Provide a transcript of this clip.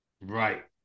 right